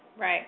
Right